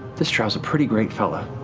this drow's a pretty great fella,